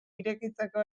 irekitzeko